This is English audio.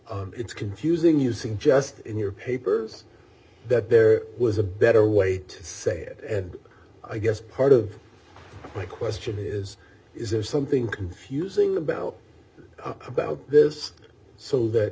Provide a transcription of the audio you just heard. it's confusing using just in your papers that there was a better way to say it and i guess part of my question is is there something confusing about about this so that